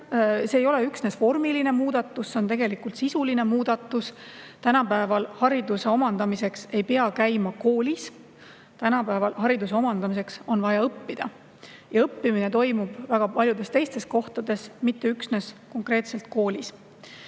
See ei ole üksnes vormiline muudatus, see on tegelikult sisuline muudatus. Tänapäeval ei pea hariduse omandamiseks käima koolis. Tänapäeval on hariduse omandamiseks vaja õppida ja õppimine toimub ka väga paljudes teistes kohtades, mitte üksnes konkreetselt koolis.